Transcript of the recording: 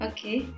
Okay